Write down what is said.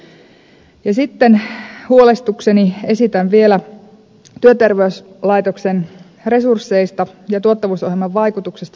sitten esitän vielä huolestukseni työterveyslaitoksen resursseista ja tuottavuusohjelman vaikutuksesta niihin